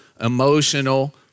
emotional